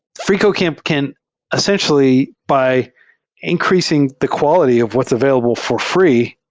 freecodecamp can essentially, by increasing the quality of what's available for free,